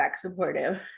supportive